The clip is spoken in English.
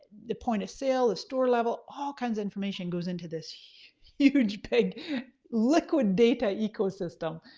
the point of sale, the store level, all kinds of information goes into this huge big liquid data ecosystem.